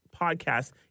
podcast